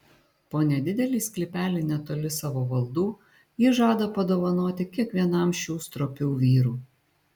po nedidelį sklypelį netoli savo valdų ji žada padovanoti kiekvienam šių stropių vyrų